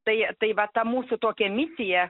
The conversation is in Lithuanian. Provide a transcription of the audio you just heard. tai tai va ta mūsų tokia misija